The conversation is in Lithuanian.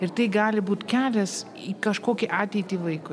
ir tai gali būt kelias į kažkokią ateitį vaikui